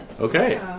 Okay